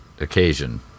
occasion